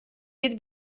dit